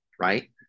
Right